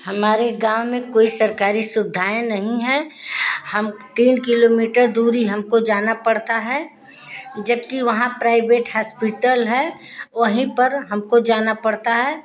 हमारे गाँव में कोई सरकारी सुविधाएँ नहीं हैं हम तीन किलोमीटर दूरी हमको जाना पड़ता है जब कि वहाँ प्राइवेट हॉस्पिटल है वहीं पर हमको जाना पड़ता है